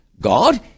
God